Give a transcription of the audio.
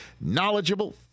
knowledgeable